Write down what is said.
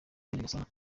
ambasaderi